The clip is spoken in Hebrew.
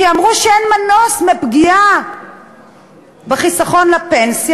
כי אמרו שאין מנוס מפגיעה בחיסכון לפנסיה,